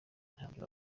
ntabyo